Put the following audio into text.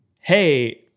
hey